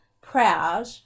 proud